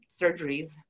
surgeries